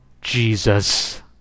Jesus